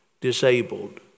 disabled